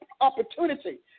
opportunity